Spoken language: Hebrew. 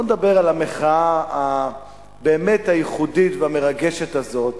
בוא נדבר על המחאה הייחודית והמרגשת הזאת